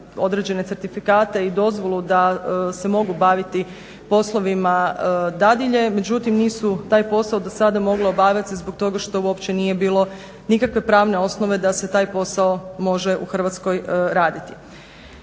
određene certifikate i dozvolu da se mogu baviti poslovima dadilje, međutim nisu taj posao do sada mogli obavljati zbog toga što uopće nije bilo nikakve pravne osnove da se taj posao može u Hrvatskoj raditi.